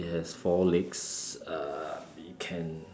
it has four legs uh it can